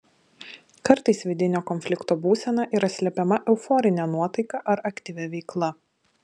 kartais vidinio konflikto būsena yra slepiama euforine nuotaika ar aktyvia veikla